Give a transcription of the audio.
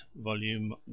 Volume